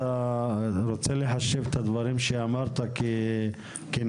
אתה רוצה להחשיב את הדברים שאמרת כנימוק